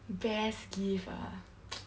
best gift ah